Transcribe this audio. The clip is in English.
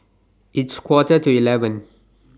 its Quarter to eleven